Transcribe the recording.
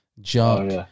junk